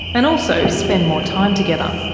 and also spend more time together.